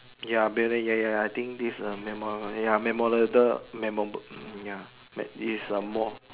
ya Billy ya ya ya I think this uh memorable ya memorable memorable ya is more